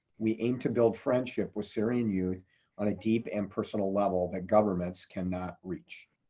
we aim to build friendship with syrian youth on a deep and personal level that governments cannot reach.